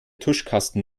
tuschkasten